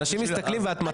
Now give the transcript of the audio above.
אנשים מסתכלים ואת מטעה.